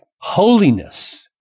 Holiness